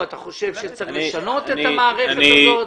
אתה חושב שצריך לשנות את המערכת הזאת?